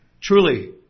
Truly